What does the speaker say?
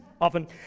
often